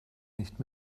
nicht